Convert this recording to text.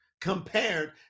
compared